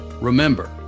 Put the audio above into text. Remember